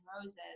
roses